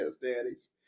daddies